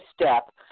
Step